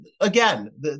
again